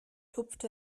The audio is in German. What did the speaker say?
tupft